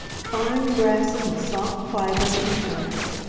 fine grasses and soft fibers from plants,